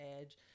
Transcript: edge